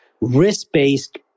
risk-based